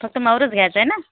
फक्त माहूरच घ्यायचं आहे ना